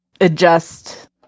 adjust